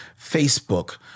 Facebook